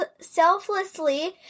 selflessly